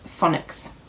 phonics